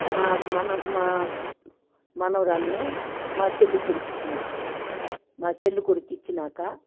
నా మన మ మనవరాలిని మా చెల్లి కొడుకుకి ఇచ్చినా మా చెల్లి కొడుకుకి ఇచ్చినాక